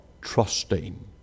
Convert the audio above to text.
trusting